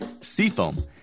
Seafoam